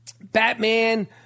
Batman